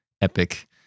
epic